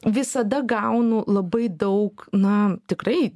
visada gaunu labai daug na tikrai